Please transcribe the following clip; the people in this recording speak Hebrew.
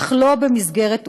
אך לא במסגרת אונר"א.